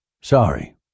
Sorry